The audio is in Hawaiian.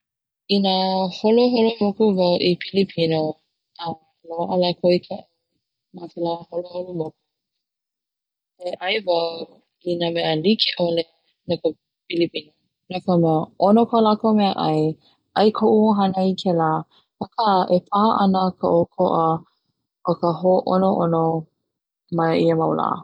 Ina holoholo moku wau i pilipino a loa'a lakou i ka mea'ai ma kela holoholo moku e 'ai wau i na mea like'ole no ka pilipino no ka mea 'ono ko lakou mea'ai 'ai ko'u 'ohana kela aka paha ana ka 'oko'a o ka ho'ono'ono mai ia mau la.